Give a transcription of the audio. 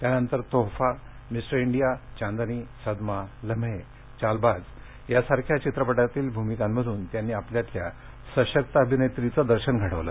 त्यानंतर Tohfa Mister India Chandni Sadma Lamhe Chaalbaaz सारख्या चित्रपटातील भूमिकांमधून त्यांनी त्यांच्यातल्या सशक्त अभिनेत्रीच दर्शन घडवलं